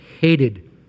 hated